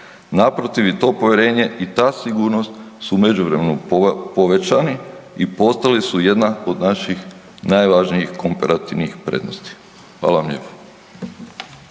Naprotiv i to povjerenje i ta sigurnost su u međuvremenu povećani i postali su jedna od naših najvažnijih komparativnih prednosti. Hvala vam lijepo.